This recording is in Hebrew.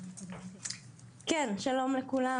שלום לכולם.